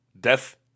Death